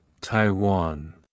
Taiwan